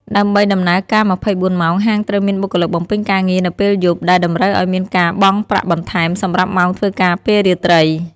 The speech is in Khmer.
ដើម្បីដំណើរការ ២៤ ម៉ោង ហាងត្រូវមានបុគ្គលិកបំពេញការងារនៅពេលយប់ ដែលតម្រូវឲ្យមានការបង់ ប្រាក់បន្ថែមសម្រាប់ម៉ោងធ្វើការពេលរាត្រី។